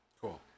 Cool